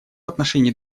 отношении